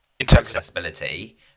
accessibility